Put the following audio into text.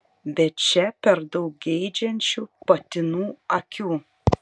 bet čia per daug geidžiančių patinų akių